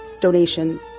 donation